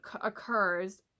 occurs